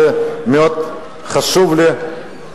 זה מאוד חשוב לי,